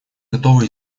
готова